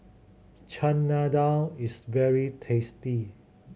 Chana Dal is very tasty